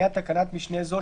לעניין תקנה משנה זו,